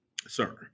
sir